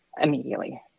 immediately